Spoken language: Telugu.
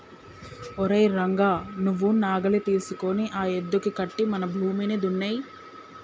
ఓరై రంగ నువ్వు నాగలి తీసుకొని ఆ యద్దుకి కట్టి మన భూమిని దున్నేయి